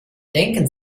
denken